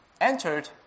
entered